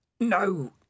No